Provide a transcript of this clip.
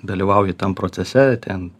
dalyvauji tam procese ten